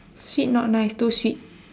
sweet not nice too sweet